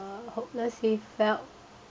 hopelessly felt